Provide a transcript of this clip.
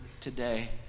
today